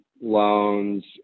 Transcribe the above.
loans